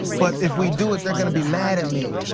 but if we do it they're gonna be mad at me,